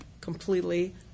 completely